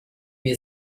wir